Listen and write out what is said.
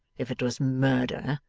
if it was murder,